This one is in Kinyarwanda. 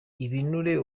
ibinure